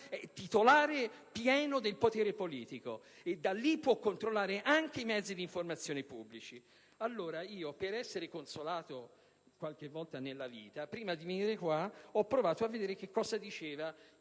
è titolare pieno del potere politico, da dove può controllare anche i mezzi d'informazione pubblici. Allora, per essere consolato qualche volta nella vita, prima di venire qua ho provato a vedere cosa diceva